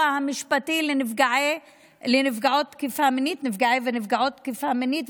המשפטי לנפגעות ונפגעי תקיפה מינית,